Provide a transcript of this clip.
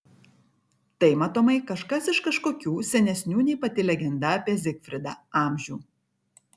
tai matomai kažkas iš kažkokių senesnių nei pati legenda apie zigfridą amžių